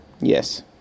Yes